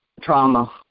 trauma